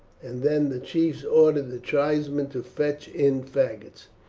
and then the chiefs ordered the tribesmen to fetch in faggots.